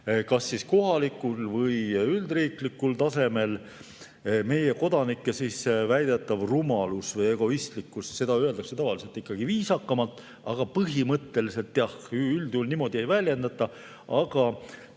kas kohalikul või üldriiklikul tasemel meie kodanike väidetav rumalus või egoistlikkus. Seda öeldakse tavaliselt viisakamalt, põhimõtteliselt üldjuhul jah niimoodi ei väljendata, aga